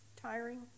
tiring